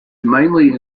mainly